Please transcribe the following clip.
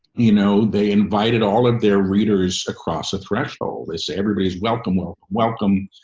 you know, they invited all of their readers across a threshold. they say, everybody's welcome, welcome, welcome.